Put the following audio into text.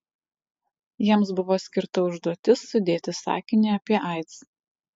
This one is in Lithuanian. jiems buvo skirta užduotis sudėti sakinį apie aids